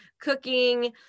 cooking